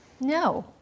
No